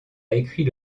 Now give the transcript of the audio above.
écrit